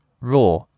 raw